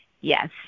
yes